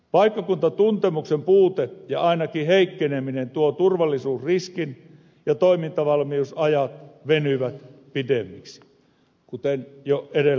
paikkakuntatuntemuksen puute ja ainakin heikkeneminen tuo turvallisuusriskin ja toimintavalmiusajat venyvät pitemmiksi kuten jo edellä totesin